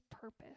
purpose